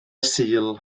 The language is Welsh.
sul